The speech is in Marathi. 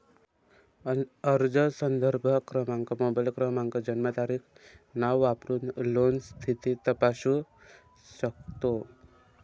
अर्ज संदर्भ क्रमांक, मोबाईल क्रमांक, जन्मतारीख, नाव वापरून लोन स्थिती तपासू शकतो